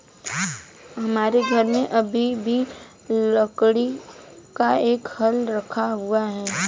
हमारे घर में अभी भी लकड़ी का एक हल रखा हुआ है